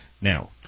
Now